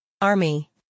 army